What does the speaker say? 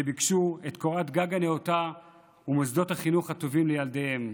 שביקשו את קורת הגג הנאותה ואת מוסדות החינוך הטובים לילדיהם.